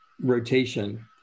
rotation